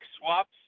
swaps